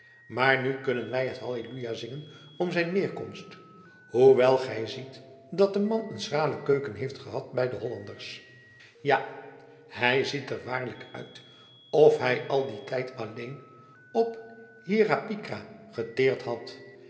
maar nu kunnen wij het halleluja zingen om zijn weerkomst hoewel gij ziet dat de man een schrale keuken heeft gehad bij de hollanders ja hij ziet er waarlijk uit of hij al dien tijd alleen op hiera picra geteerd had